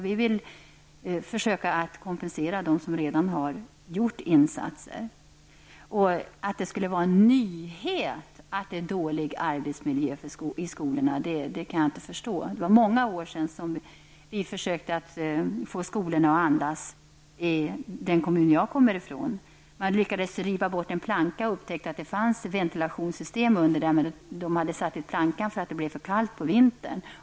Vi vill alltså försöka kompensera dem som redan gjort insatser. Att det skulle vara en nyhet att arbetsmiljön i skolorna är dålig kan jag inte förstå. Det var många år sedan vi försökte göra det möjligt att andas i skolorna. I en skola i min hemkommun lyckades man riva bort en planka och upptäckte då att det fanns ett ventilationssystem. Plankan hade satts dit därför att det blev så kallt på vintern.